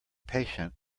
patient